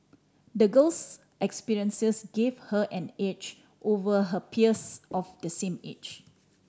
the girl's experiences gave her an edge over her peers of the same age